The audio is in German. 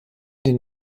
den